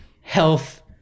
health